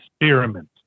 experiment